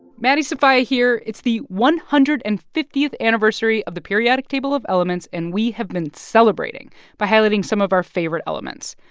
maddie sofia here. it's the one hundred and fiftieth anniversary of the periodic table of elements, and we have been celebrating by highlighting some of our favorite elements.